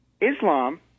Islam